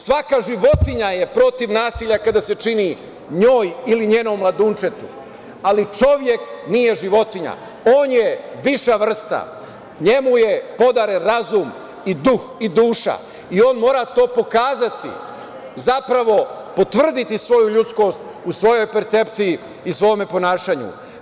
Svaka životinja je protiv nasilja kada se čini njoj ili njenom mladunčetu, ali, čovek nije životinja, on je viša vrsta, njemu je podaren razum i duh i duša, i on mora to pokazati zapravo potvrditi svoju ljudskost u svojoj percepciji i svome ponašanju.